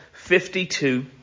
52